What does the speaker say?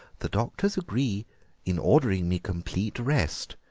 the doctors agree in ordering me complete rest,